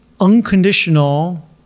Unconditional